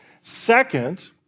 Second